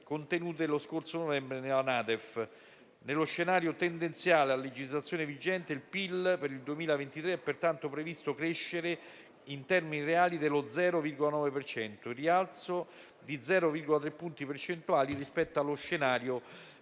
contenute lo scorso novembre nella NADEF. Nello scenario tendenziale a legislazione vigente il PIL per il 2023 è pertanto previsto crescere in termini reali dello 0,9 per cento, in rialzo di 0,3 punti percentuali rispetto allo scenario